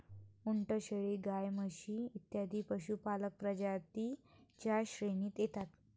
उंट, शेळी, गाय, म्हशी इत्यादी पशुपालक प्रजातीं च्या श्रेणीत येतात